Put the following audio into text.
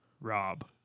Rob